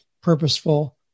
purposeful